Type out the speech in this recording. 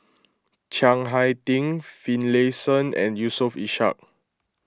Chiang Hai Ding Finlayson and Yusof Ishak